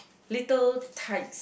little tights